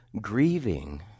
grieving